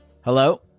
Hello